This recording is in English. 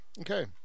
Okay